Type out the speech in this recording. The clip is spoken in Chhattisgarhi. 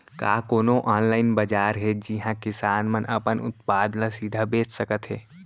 का कोनो अनलाइन बाजार हे जिहा किसान मन अपन उत्पाद ला सीधा बेच सकत हे?